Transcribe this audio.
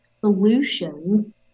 solutions